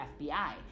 FBI